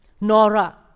Nora